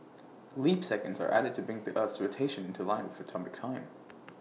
leap seconds are added to bring the Earth's rotation into line with atomic time